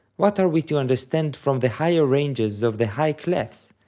what are we to understand from the higher ranges of the high clefs?